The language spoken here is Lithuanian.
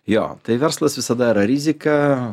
jo verslas visada yra rizika